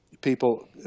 people